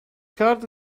heart